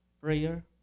Prayer